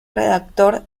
redactor